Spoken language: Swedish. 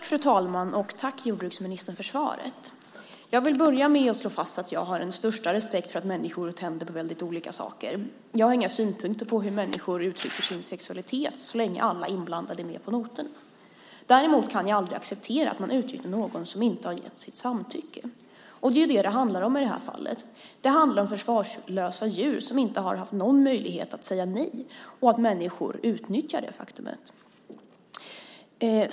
Fru talman! Tack, jordbruksministern, för svaret. Jag vill börja med att slå fast att jag har den största respekt för att människor tänder på väldigt olika saker. Jag har inga synpunkter på hur människor uttrycker sin sexualitet så länge alla inblandade är med på noterna. Däremot kan jag aldrig acceptera att man utnyttjar någon som inte har gett sitt samtycke, och det är detta det handlar om i det här fallet. Det handlar om försvarslösa djur som inte har haft någon möjlighet att säga nej och att människor utnyttjar detta faktum.